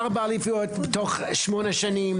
ארבע אליפויות בתוך שמונה שנים.